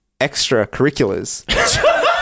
extracurriculars